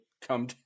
come